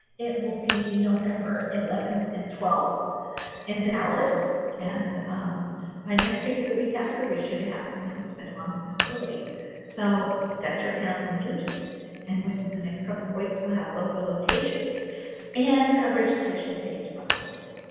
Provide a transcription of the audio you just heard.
it will be november eleven and twelve in dallas and by next week or the week after next week, we should have an announcement on the facility so set your calendars and within the next couple of weeks, we'll have the the location and a registration page up for you.